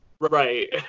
right